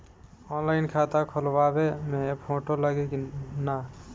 Online खाता खोलबाबे मे फोटो लागि कि ना?